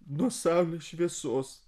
nuo saulės šviesos